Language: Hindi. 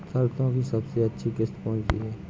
सरसो की सबसे अच्छी किश्त कौन सी है?